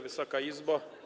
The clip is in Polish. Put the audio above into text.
Wysoka Izbo!